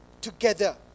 together